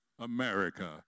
America